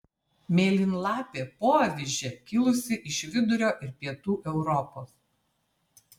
mėlynlapė poavižė kilusi iš vidurio ir pietų europos